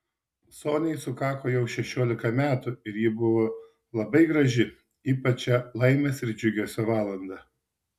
soniai sukako jau šešiolika metų ir ji buvo labai graži ypač šią laimės ir džiugesio valandą